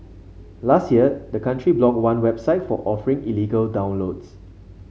last year the country blocked one website for offering illegal downloads